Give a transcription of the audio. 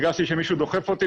הרגשתי שמישהו דוחף אותי,